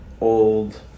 old